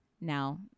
now